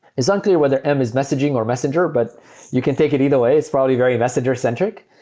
it's unclear whether m is messaging or messenger, but you can take it either way. it's probably very messenger-centric,